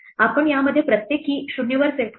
आपण यामध्ये प्रत्येक key 0 वर सेट करतो